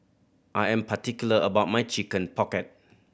I am particular about my Chicken Pocket